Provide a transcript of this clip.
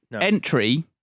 entry